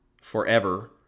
forever